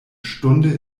stunde